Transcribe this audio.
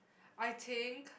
I think